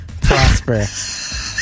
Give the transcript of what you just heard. Prosper